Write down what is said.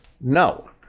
No